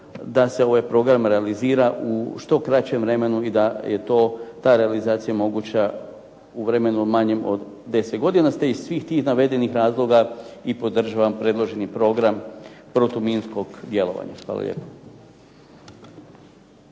da se ovaj program realiza u što kraćem vremenu i da je to ta realizacija moguća u vremenu manjem od 10 godina, te iz svih tih navedenih razloga i podržavam predloženi program protuminskog djelovanja. Hvala lijepo.